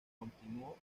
continuó